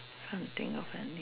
something of any